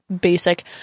basic